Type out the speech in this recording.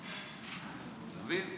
אתה מבין?